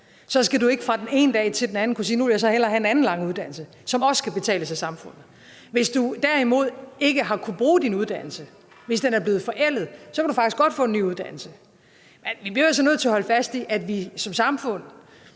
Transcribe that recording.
skal du ikke fra den ene dag til den anden kunne sige, at nu vil du hellere have en anden lang uddannelse, som også skal betales af samfundet. Hvis du derimod ikke har kunnet bruge din uddannelse, hvis den er blevet forældet, kan du faktisk godt få en ny uddannelse. Vi bliver altså nødt til at holde fast i, at vi som samfund